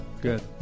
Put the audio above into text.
Good